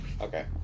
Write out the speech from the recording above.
Okay